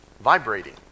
vibrating